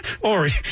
Ori